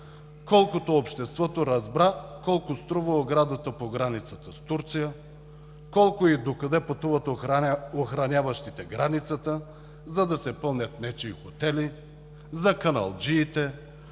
колкото обществото разбра колко струва оградата по границата с Турция, колко и докъде пътуват охраняващите границата, за да се пълнят нечии хотели, за каналджиите,